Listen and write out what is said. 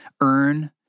earn